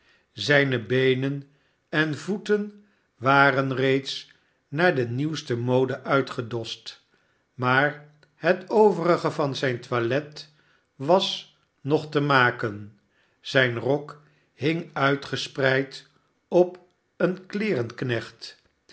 zijne beenen en voeten waren reeds naar de nieuwste mode uitgedost maar het overige van zijn toilet was nog te maken zijn rok hing uitgespreid op een